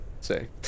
say